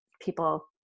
people